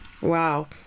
Wow